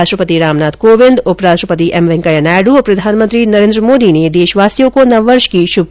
राष्ट्रपति रामनाथ कोविंद उप राष्ट्रपति एम वेंकैया नायडु और प्रधानमंत्री नरेन्द्र मोदी ने देशवासियों को नव वर्ष की शुभकामनाए दी है